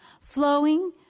flowing